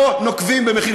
לא נוקבים במחיר,